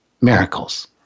miracles